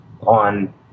on